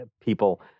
people